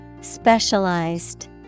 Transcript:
specialized